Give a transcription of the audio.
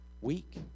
week